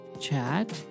chat